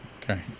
Okay